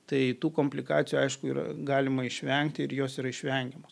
tai tų komplikacijų aišku yra galima išvengti ir jos yra išvengiama